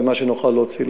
ומה שנוכל להוציא,